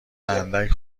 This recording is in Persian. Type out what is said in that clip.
اندک